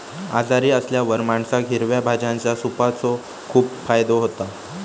आजारी असल्यावर माणसाक हिरव्या भाज्यांच्या सूपाचो खूप फायदो होता